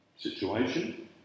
situation